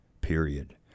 period